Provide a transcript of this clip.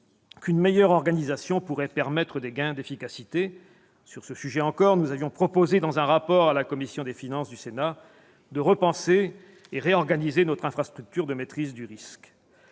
une meilleure organisation pourrait permettre des gains d'efficacité. Sur ce sujet encore, nous avions proposé, dans un rapport de la commission des finances du Sénat, de repenser et réorganiser notre infrastructure de maîtrise du risque.